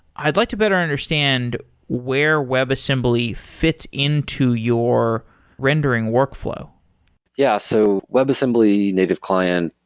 i'd like to better understand where webassembly fits into your rendering workflow yeah. so webassembly, native client,